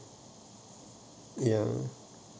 ya